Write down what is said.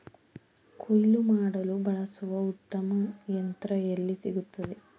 ಕುಯ್ಲು ಮಾಡಲು ಬಳಸಲು ಉತ್ತಮ ಯಂತ್ರ ಎಲ್ಲಿ ಸಿಗುತ್ತದೆ?